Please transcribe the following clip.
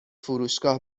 فروشگاه